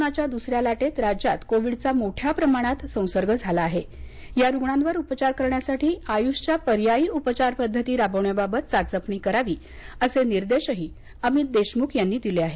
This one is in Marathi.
कोरोनाच्या दुसऱ्या लाटेत राज्यात कोविडचा मोठ्या प्रमाणात संसर्ग झाला आहे या रुग्णांवर उपचार करण्यासाठी आयुषच्या पर्यायी उपचारपद्धती राबवण्याबाबत चाचपणी करावी असे निर्देशही अमित देशमुख यांनी दिले आहेत